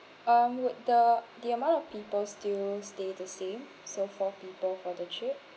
um would the the amount of people still stay the same so four people for the trip